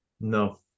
No